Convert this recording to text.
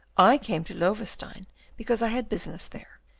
i came to loewestein because i had business there.